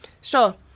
Sure